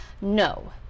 No